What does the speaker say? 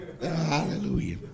hallelujah